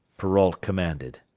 perrault commanded.